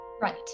Right